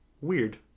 weird